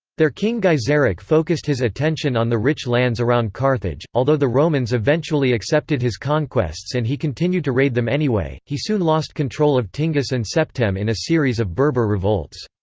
their king gaiseric focused his attention on the rich lands around carthage although the romans eventually accepted his conquests and he continued to raid them anyway, he soon lost control of tingis and septem in a series of berber revolts.